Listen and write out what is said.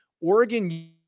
Oregon